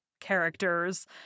characters